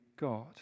God